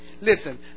Listen